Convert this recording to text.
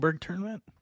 tournament